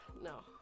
No